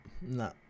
no